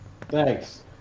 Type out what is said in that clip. Thanks